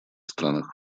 странах